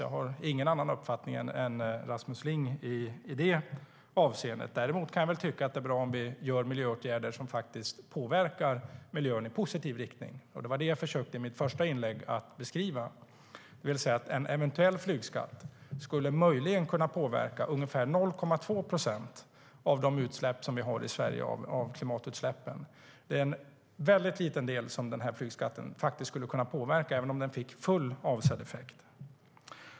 Jag har ingen annan uppfattning än Rasmus Ling i detta avseende. Jag tycker dock att det är bra om vi gör miljöåtgärder som påverkar miljön i positiv riktning, och det var det jag försökte beskriva i mitt första inlägg. En eventuell flygskatt skulle möjligen kunna påverka 0,2 procent av klimatutsläppen i Sverige. Det är en ytterst liten del som flygskatten skulle kunna påverka, även om den fick full avsedd effekt.